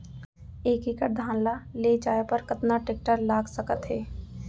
एक एकड़ धान ल ले जाये बर कतना टेकटर लाग सकत हे?